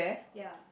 ya